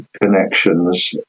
connections